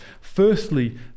Firstly